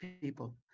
people